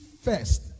first